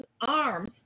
arms